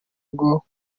bwo